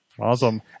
Awesome